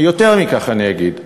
יותר מכך אני אגיד,